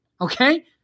Okay